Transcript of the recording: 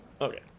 okay